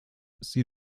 sie